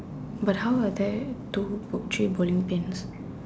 but how are there two three bowling pins